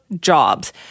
jobs